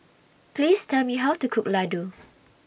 Please Tell Me How to Cook Ladoo